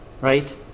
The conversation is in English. right